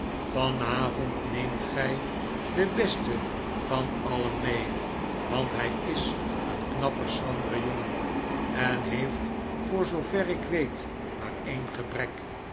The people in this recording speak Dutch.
vanavond neemt gij den besten van alien mee want hij is een knappe schrandere jongen en lieeft voor zoover ik weet maar een gebrek